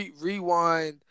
rewind